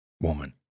woman